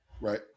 Right